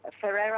Ferreira